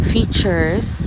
Features